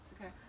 okay